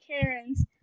Karens